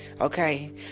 Okay